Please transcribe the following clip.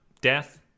death